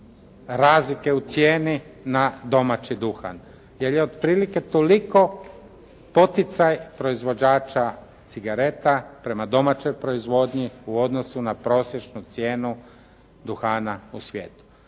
razlike u cijeni na domaći duhan, jer je otprilike toliko poticaj proizvođača cigareta prema domaćoj proizvodnji u odnosu na prosječnu cijenu duhana u svijetu.